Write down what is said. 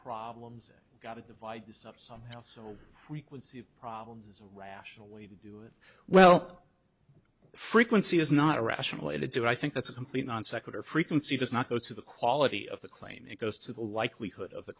problems got to divide this up somehow so frequency of problems is a rational way to do it well frequency is not a rational way to do it i think that's a complete non sequitur frequency does not go to the quality of the claim it goes to the likelihood of the